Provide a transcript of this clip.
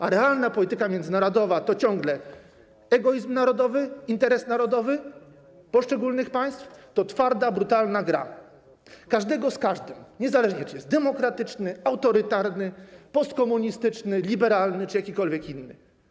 A realna polityka międzynarodowa to ciągle egoizm narodowy, interes narodowy poszczególnych państw, to twarda, brutalna gra każdego z każdym, niezależnie czy jest demokratyczny, autorytarny, postkomunistyczny, liberalny czy jakikolwiek inny.